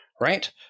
right